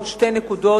עוד שתי נקודות,